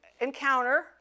encounter